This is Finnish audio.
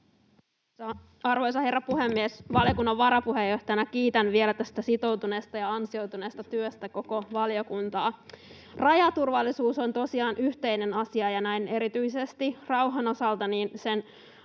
Arvoisa herra puhemies! Valiokunnan varapuheenjohtajana kiitän vielä sitoutuneesta ja ansioituneesta työstä koko valiokuntaa. Rajaturvallisuus on tosiaan yhteinen asia, ja erityisesti näin rauhan osalta sen